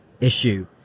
issue